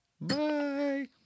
Bye